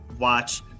watch